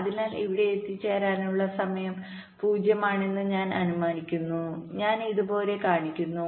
അതിനാൽ ഇവിടെ എത്തിച്ചേരാനുള്ള സമയം 0 ആണെന്ന് ഞാൻ അനുമാനിക്കുന്നു ഞാൻ ഇതുപോലെ കാണിക്കുന്നു